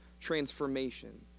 Transformation